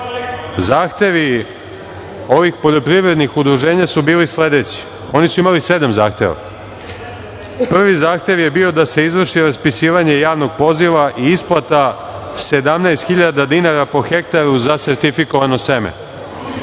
Zahtevi ovih poljoprivrednih udruženja su bili sledeći. Oni su imali sedam zahteva. Prvi zahtev je bio da se izvrši raspisivanje javnog poziva i isplata 17 hiljada dinara po hektaru za sertifikovano sebe,